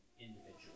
individual